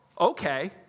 okay